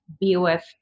BOF